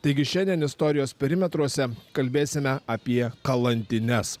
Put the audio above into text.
taigi šiandien istorijos perimetruose kalbėsime apie kalantines